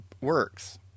works